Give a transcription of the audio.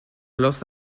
lost